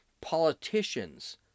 politicians